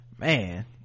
Man